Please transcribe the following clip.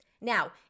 now